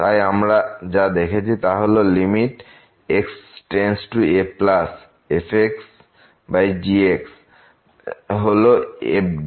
তাই আমরা যা দেখেছি তা হল x→a fg হল fg